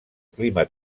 clima